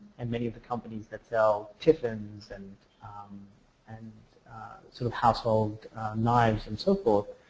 and many of the companies that sell chiffons and and sort of household knives and so forth.